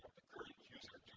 current user